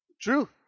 True